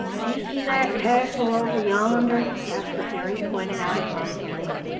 do you see that castle over yonder? asked the fairy, pointing out across the lake.